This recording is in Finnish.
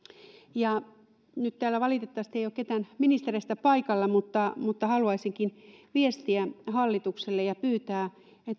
nyt täällä valitettavasti ei ole ketään ministereistä paikalla mutta mutta haluaisin viestiä hallitukselle ja pyytää